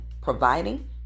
providing